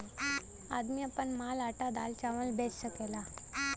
आदमी आपन माल आटा दाल चावल बेच सकेला